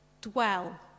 dwell